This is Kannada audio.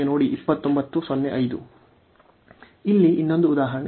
ಇಲ್ಲಿ ಇನ್ನೊಂದು ಉದಾಹರಣೆ